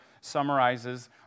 summarizes